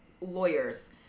lawyers